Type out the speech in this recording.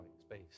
space